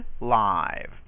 live